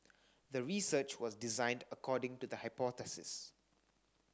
the research was designed according to the hypothesis